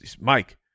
Mike